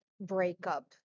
breakup